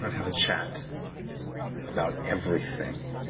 have a chat about everything.